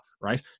right